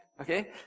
Okay